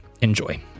Enjoy